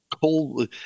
cold